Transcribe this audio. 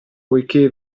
poiché